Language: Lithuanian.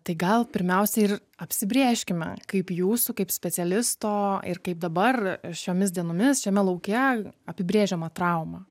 tai gal pirmiausiai ir apsibrėžkime kaip jūsų kaip specialisto ir kaip dabar šiomis dienomis šiame lauke apibrėžiama trauma